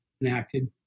enacted